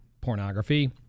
pornography